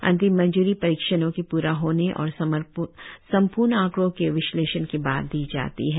अंतिम मंजूरी परीक्षणों के पूरा होने और सम्पूर्ण आंकडों के विश्लेषण के बाद ही दी जाती है